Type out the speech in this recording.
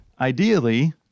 ideally